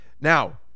Now